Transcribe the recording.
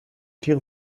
tiere